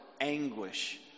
anguish